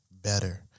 better